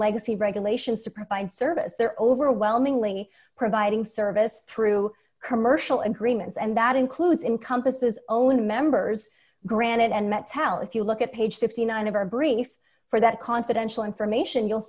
legacy regulations to provide service they're overwhelmingly providing service through commercial agreements and that includes encompasses own members granted and met tell if you look at page fifty nine of our brief for that confidential information you'll